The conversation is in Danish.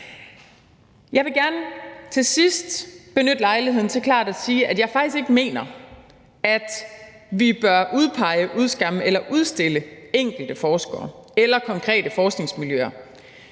Jeg vil gerne til sidst benytte lejligheden til klart at sige, at jeg faktisk ikke mener, at vi bør udpege, udskamme eller udstille enkelte forskere eller konkrete forskningsmiljøer.